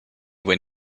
when